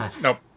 Nope